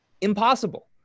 impossible